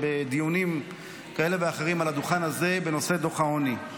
בדיונים כאלה ואחרים על הדוכן הזה בנושא דוח העוני.